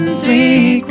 three